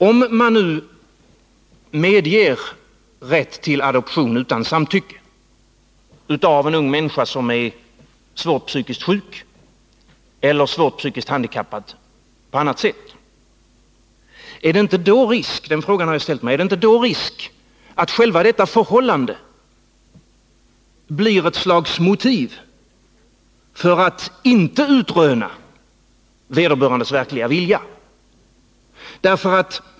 Om man nu medger rätt till adoption utan samtycke av en ung människa som är svårt psykiskt sjuk eller svårt psykiskt handikappad på annat sätt, är det inte då risk att själva detta förhållande blir ett slags motiv för att inte utröna vederbörandes verkliga vilja?